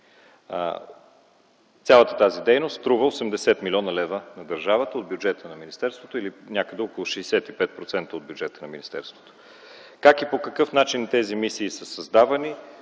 Цялата тази дейност струва 80 млн. лв. на държавата, това са някъде около 65% от бюджета на министерството. Как и по какъв начин тези мисии са създавани,